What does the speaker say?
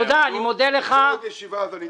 תודה רבה.